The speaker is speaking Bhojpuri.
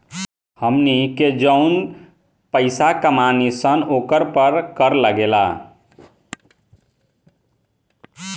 हमनी के जौन पइसा कमानी सन ओकरा पर कर लागेला